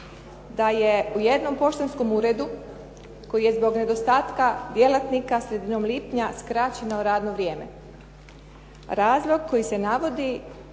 da je u jednom poštansko uredu koji je zbog nedostatka djelatnika sredinom lipnja skraćeno radno vrijeme. Razlog koji se navodi